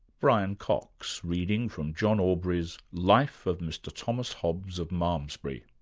brian cox, reading from john aubrey's life of mr thomas hobbes of malmesbury,